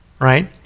right